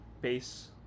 base